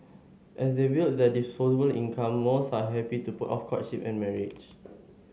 as they build their disposable income most are happy to put off courtship and marriage